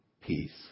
peace